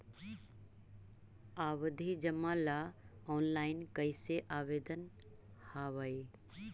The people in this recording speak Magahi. आवधि जमा ला ऑनलाइन कैसे आवेदन हावअ हई